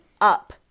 up